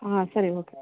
ಹಾಂ ಸರಿ ಓಕೆ